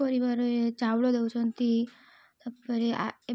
ପରିବାରରେ ଚାଉଳ ଦେଉଛନ୍ତି ତା'ପରେ